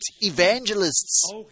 evangelists